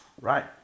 Right